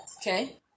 Okay